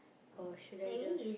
or should I just